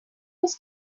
was